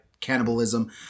cannibalism